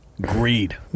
Greed